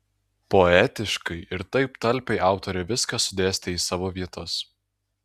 poetiškai ir taip talpiai autorė viską sudėstė į savo vietas